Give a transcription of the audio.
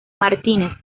martínez